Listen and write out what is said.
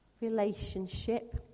relationship